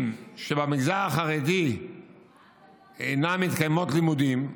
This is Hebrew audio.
שבמגזר החרדי אין מתקיימים בהם לימודים,